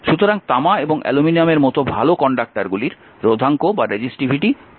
সুতরাং তামা এবং অ্যালুমিনিয়ামের মতো ভাল কন্ডাক্টরগুলির রোধাঙ্ক কম